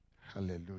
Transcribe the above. Hallelujah